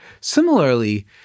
Similarly